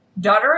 Daughter